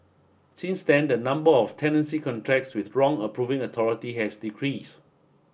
since then the number of tenancy contracts with wrong approving authority has decreased